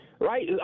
right